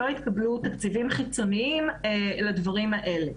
לא התקבלו תקציבים חיצוניים לדברים האלה.